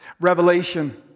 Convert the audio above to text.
Revelation